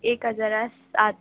एक हजारां सात